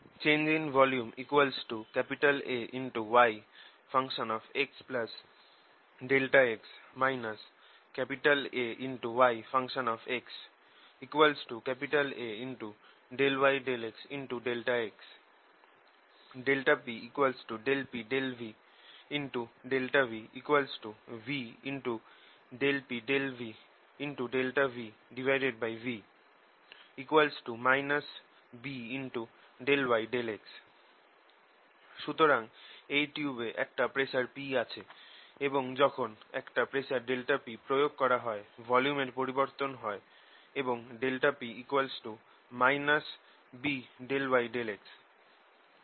Change in volume Ayx∆x Ayx A∂y∂x∆x ∆p ∂p∂v∆v v∂p∂v∆vv B∂y∂x সুতরাং এই টিউবে একটা প্রেসার p আছে এবং যখন একটা প্রেসার ∆p প্রয়োগ করা হয় ভলিউমের পরিবর্তন হয় এবং ∆p B∂y∂x